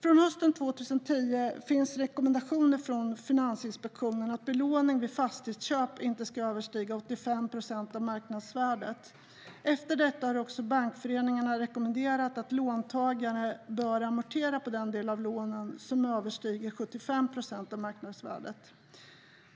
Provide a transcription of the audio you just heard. Från hösten 2010 finns rekommendationer från Finansinspektionen att belåningen vid fastighetsköp inte ska överstiga 85 procent av marknadsvärdet. Efter detta har också bankföreningarna rekommenderat att låntagare bör amortera på den del av lånen som överstiger 75 procent av marknadsvärdet.